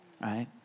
right